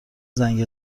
زنگ